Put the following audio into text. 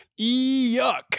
yuck